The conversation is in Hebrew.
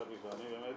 שבי ואני,